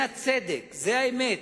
זה הצדק, זו האמת,